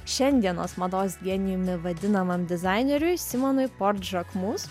šiandienos mados genijumi vadinamam dizaineriui simonui por džakmus